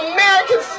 American